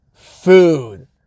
food